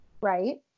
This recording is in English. right